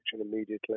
immediately